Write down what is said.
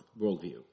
worldview